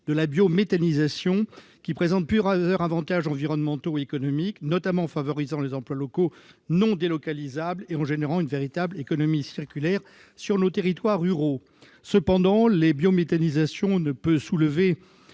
à la biométhanisation présente plusieurs avantages environnementaux et économiques. Il favorise notamment le développement d'emplois locaux non délocalisables et engendre une véritable économie circulaire dans nos territoires ruraux. Cependant, la biométhanisation peut soulever